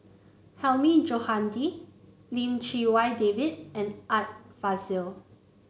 Hilmi Johandi Lim Chee Wai David and Art Fazil